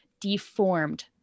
deformed